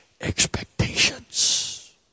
expectations